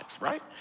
right